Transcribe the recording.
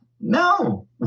No